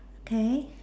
okay